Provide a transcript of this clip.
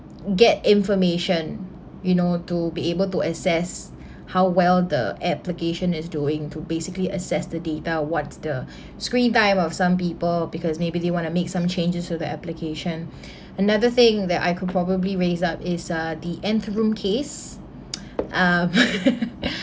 get information you know to be able to assess how well the application is doing to basically access the data what's the screen time of some people because maybe they want to make some changes to the application another thing that I could probably raise up is uh the nth room case um